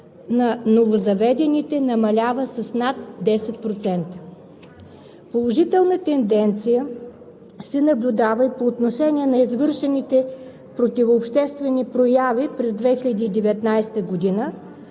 на ново заведените намалява с над 10%. Положителна тенденция се наблюдава и по отношение на извършените противообществени прояви през 2019 г.,